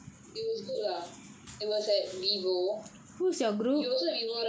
it was good lah it was at Vivo you also Vivo right